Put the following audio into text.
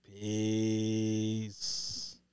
Peace